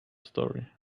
story